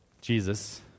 Jesus